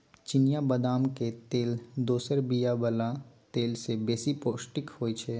चिनियाँ बदामक तेल दोसर बीया बला तेल सँ बेसी पौष्टिक होइ छै